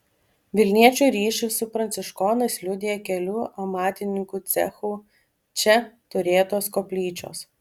vilniečių ryšį su pranciškonais liudija kelių amatininkų cechų čia turėtos koplyčios